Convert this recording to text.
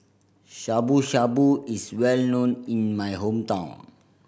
Shabu Shabu is well known in my hometown